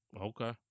Okay